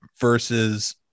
versus